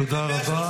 תודה רבה.